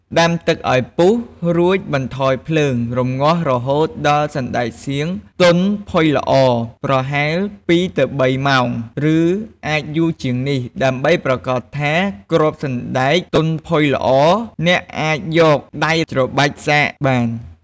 ដាំទឹកឱ្យពុះ រួចបន្ថយភ្លើង រម្ងាស់រហូតដល់សណ្ដែកសៀងទន់ផុយល្អ ប្រហែល ២ ទៅ ៣ ម៉ោង ឬអាចយូរជាងនេះ ដើម្បីប្រាកដថាគ្រាប់សណ្ដែកទន់ផុយល្អ អ្នកអាចយកដៃច្របាច់សាកបាន។